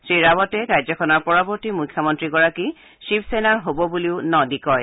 শ্ৰী ৰাৱটে ৰাজ্যখনৰ পৰৱৰ্তী মুখ্যমন্ত্ৰীগৰাকী শিৱসেনাৰ হ'ব বুলিও ন দি কয়